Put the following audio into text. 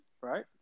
right